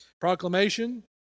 Proclamation